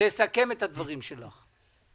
לסכם את הדברים שלך.